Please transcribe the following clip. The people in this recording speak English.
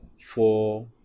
four